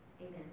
Amen